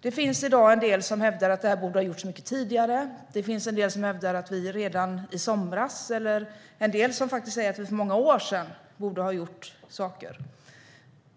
Det finns i dag en del som hävdar att det borde ha gjorts mycket tidigare. Det finns en del som hävdar att vi redan i somras eller till och med för många år sedan borde ha gjort saker.